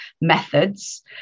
methods